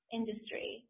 industry